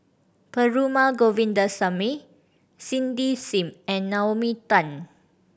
Perumal Govindaswamy Cindy Sim and Naomi Tan